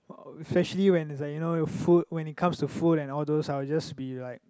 especially when it's like you know your food when it comes food and all those I will just be like